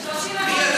35 מנדטים.